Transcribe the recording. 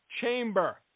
chamber